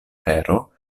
fero